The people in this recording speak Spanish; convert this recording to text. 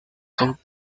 son